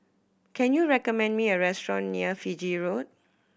can you recommend me a restaurant near Fiji Road